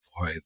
boy